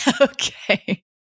Okay